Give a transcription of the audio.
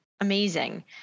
amazing